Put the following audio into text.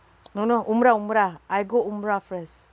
no no umrah umrah I go umrah first